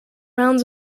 rounds